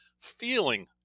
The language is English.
feeling